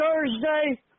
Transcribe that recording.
Thursday